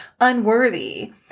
unworthy